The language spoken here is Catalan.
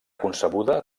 concebuda